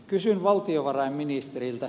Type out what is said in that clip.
kysyn valtiovarainministeriltä